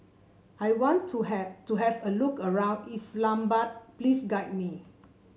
I want to have to have a look around Islamabad please guide me